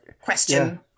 Question